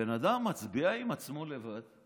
הבן אדם מצביע עם עצמו לבד,